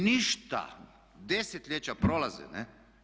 Ništa, desetljeća prolaze, ne.